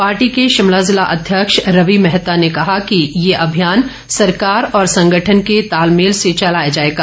party के शिमला जिला अध्यक्ष रवि मेहता ने कहा कि ये अभियान सरकार और संगठन के तालमेल से चलाया जाएगा